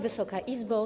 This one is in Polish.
Wysoka Izbo!